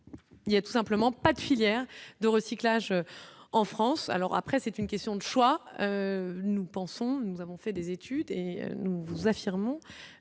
il y a tout simplement pas de filière de recyclage en France, alors après c'est une question de choix, nous pensons, nous avons fait des études et nous vous affirmons